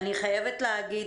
אני חייבת להגיד